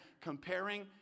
Comparing